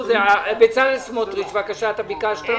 תודה.